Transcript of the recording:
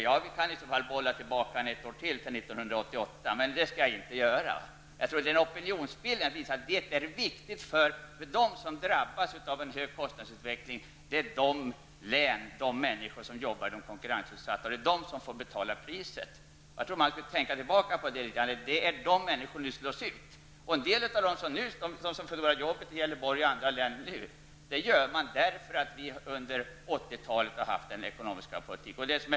Jag kan i så fall bolla tillbaka ytterligare ett år, till 1988, men det skall jag inte göra. Opinionsbilden visar att de som drabbas av en hög kostnadsutveckling är de människor som jobbar i län med konkurrensutsatta branscher. Det är de som får betala priset. Jag tror att man skall tänka litet grand på att det är dessa människor som nu slås ut. En del av dem som förlorar jobben i Gävleborg och i andra län gör det på grund av den ekonomiska politiken under 80 talet.